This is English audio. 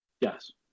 Yes